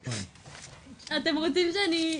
אתם רוצים שאני...